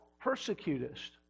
persecutest